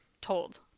told